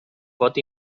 pot